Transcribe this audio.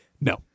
No